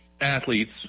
athletes